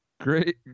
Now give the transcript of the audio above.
Great